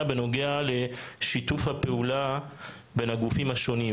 נוגעת לשיתוף הפעולה בין הגופים השונים.